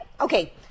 okay